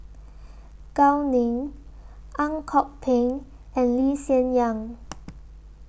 Gao Ning Ang Kok Peng and Lee Hsien Yang